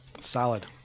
Solid